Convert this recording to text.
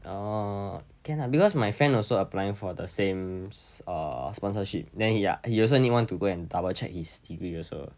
orh can lah because my friend also applying for the same s~ uh sponsorship then he ah he also need want to go and double check his degree also